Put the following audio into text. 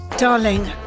Darling